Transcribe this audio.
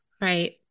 Right